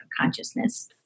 consciousness